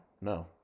No